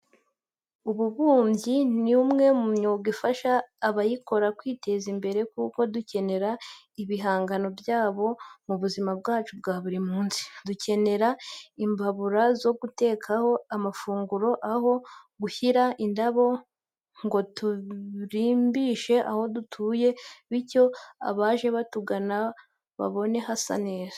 Ububumbyi ni umwe mu myuga ifasha abayikora kwiteza imbere kuko dukenera ibihangano byabo mu buzima bwacu bwa buri munsi. Dukenera imbabura zo gutekaho amafunguro, aho gushyira indabo ngo turimbishe aho dutuye bityo abaje batugana babone hasa neza.